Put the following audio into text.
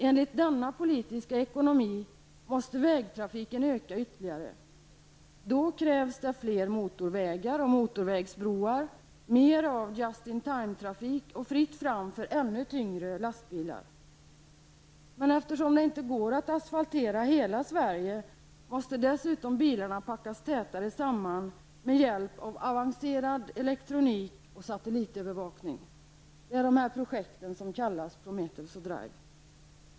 Enligt denna politiska ekonomi måste vägtrafiken öka ytterligare. Då krävs det fler motorvägar och motorvägsbroar, mer av just-intime-trafik och fritt fram för ännu tyngre lastbilar. Men eftersom det inte går att asfaltera hela Sverige måste dessutom bilarna packas tätare samman med hjälp av avancerad elektronik och satellitövervakning. Det är dessa projekt som kallas Prometheus och Drive.